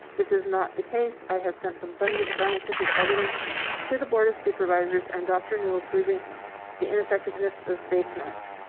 this is not the case. i have sent abundant scientific evidence to the board of supervisors and dr. newel proving the ineffectiveness of face masks.